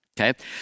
okay